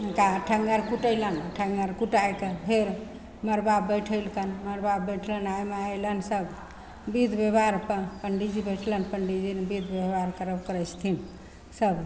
हुनका ओठङ्गर कुटेलनि ओठङ्गर कुटैके फेर मड़बापर बैठेलकनि मड़बापर बैठलनि आइ माइ अएलनि सब बिध बेवहार पण्डीजी बैठलनि पण्डीजी बिध बेवहार करब करै छथिन सब